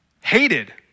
hated